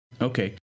Okay